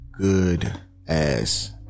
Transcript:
good-ass